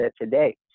today